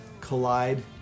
Collide